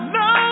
no